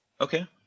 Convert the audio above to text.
Okay